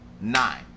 Nine